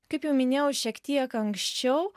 kaip jau minėjau šiek tiek anksčiau